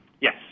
Yes